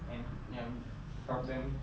and yang help them